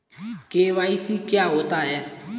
KYC क्या होता है?